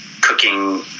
cooking